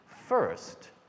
First